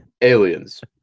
Aliens